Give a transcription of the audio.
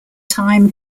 time